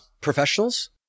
Professionals